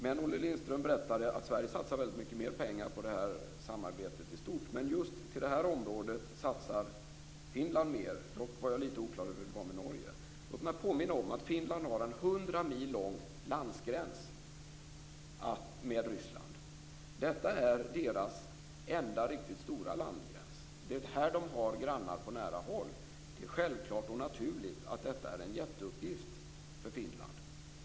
Men Olle Lindström berättade att Sverige satsar väldigt mycket mer pengar på samarbetet i stort. Just till detta område satsar Finland mer. Dock var jag lite oklar över hur det var med Norge. Låt mig påminna om att Finland har en hundra mil lång landgräns tillsammans med Ryssland. Detta är deras enda riktigt stora landgräns. Det är här de har grannar på nära håll. Det är självklart och naturligt att detta är en jätteuppgift för Finland.